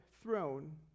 throne